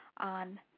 on